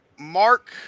Mark